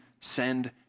send